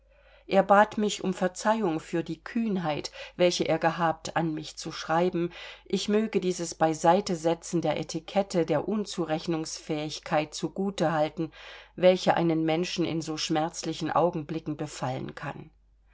er bat mich um verzeihung für die kühnheit welche er gehabt an mich zu schreiben ich möge dieses beiseitesetzen der etikette der unzurechnungsfähigkeit zu gute halten welche einen menschen in so schmerzlichen augenblicken befallen kann